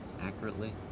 accurately